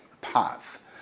path